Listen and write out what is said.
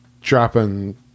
dropping